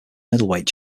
middleweight